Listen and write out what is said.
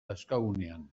dauzkagunean